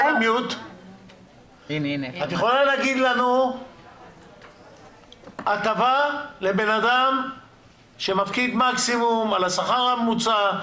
את יכולה להגיד לנו הטבה לבן אדם שמפקיד מקסימום על השכר הממוצע,